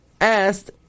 asked